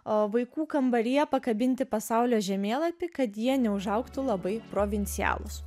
vaikų kambaryje pakabinti pasaulio žemėlapį kad jie neužaugtų labai provincialūs